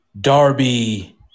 Darby